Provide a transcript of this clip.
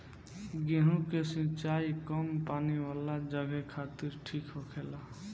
गेंहु के सिंचाई कम पानी वाला जघे खातिर ठीक होखेला